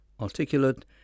articulate